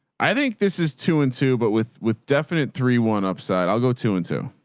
i think this is two and two, but with with definite three, one upside, i'll go two and two.